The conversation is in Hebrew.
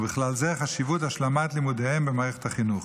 ובכלל זה חשיבות השלמת לימודיהם במערכת החינוך,